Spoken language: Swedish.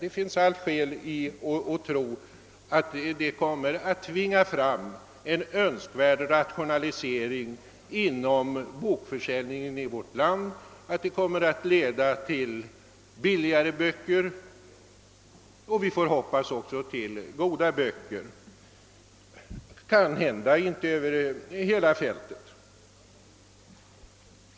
Det finns allt skäl att tro att det kommer att tvinga fram en önskvärd rationalisering inom bokförsäljningen i vårt land och att det kommer att leda till billigare böcker och vi får hoppas också till goda böcker, fastän kanhända inte över hela fältet.